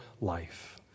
life